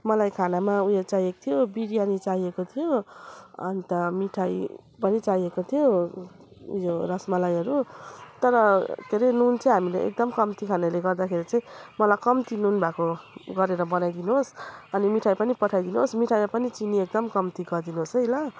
मलाई खानामा उयो चाहिएको थियो बिरियानी चाहिएको थियो अन्त मिठाई पनि चाहिएको थियो उयो रस मलाईहरू तर के अरे नुन चाहिँ हामीले एकदम कम्ती खानले गर्दाखेरि चाहिँ मलाई कम्ती नुन भएको गरेर बनाइदिनु होस् अनि मिठाई पनि पठाइदिनु होस् मिठाईमा पनि चिनी एकदम कम्ती गरिदिनु होसै ल